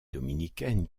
dominicaine